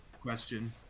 question